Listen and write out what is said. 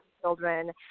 children